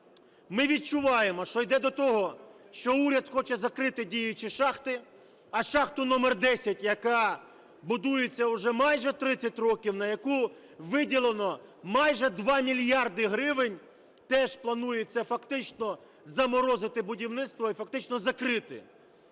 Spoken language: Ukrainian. Ми відчуваємо, що йде до того, що уряд хоче закрити діючі шахти, а шахту №10, яка будується уже майже 30 років, на яку виділено майже 2 мільярди гривень, теж планується, фактично, заморозити будівництво і, фактично, закрити.